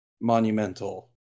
monumental